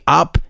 up